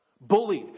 bullied